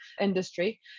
industry